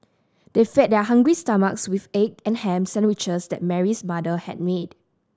they fed their hungry stomachs with the egg and ham sandwiches that Mary's mother had made